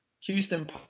Houston